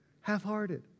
Half-hearted